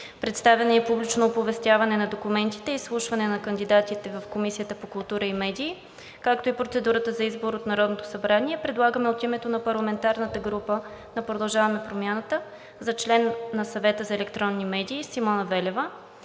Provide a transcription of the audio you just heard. представяне и публично оповестяване на документите, изслушване на кандидатите в Комисията по култура и медии, както и процедурата за избор от Народното събрание предлагаме от името на парламентарната група на „Продължаваме Промяната“ за член на Съвета за електронни медии Симона Велева.